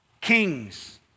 kings